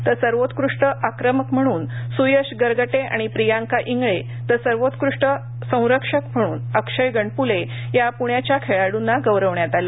तर सर्वोत्कृष्ट आक्रमक म्हणुन सुयश गरगटे आणि प्रियांका इंगळे तर सर्वोत्कृष्टसंरक्षक म्हणून अक्षय गणपुले या पुण्याच्या खेळाडुंना गौरवण्यात आलं